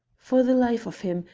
for the life of him,